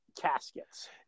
caskets